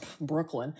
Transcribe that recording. Brooklyn